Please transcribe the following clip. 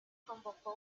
convocó